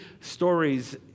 stories